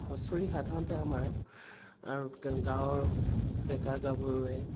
হুঁচৰি সাধাৰণতে আমাৰ আৰু গাঁৱৰ ডেকা গাভৰুৱে